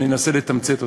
אני אנסה לתמצת אותם.